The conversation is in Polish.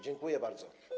Dziękuję bardzo.